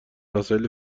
وسایل